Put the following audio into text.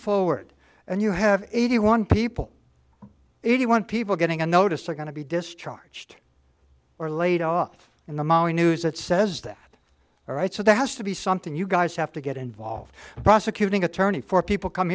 forward and you have eighty one people eighty one people getting a notice are going to be discharged or laid off in the news that says that all right so there has to be something you guys have to get involved prosecuting attorney for people come